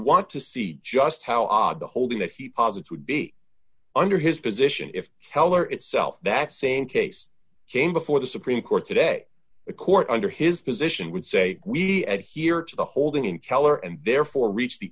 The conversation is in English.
want to see just how odd the holding that he posits would be under his position if heller itself that same case came before the supreme court today the court under his position would say we add here to the holding in color and therefore reach the